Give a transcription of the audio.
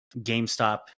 GameStop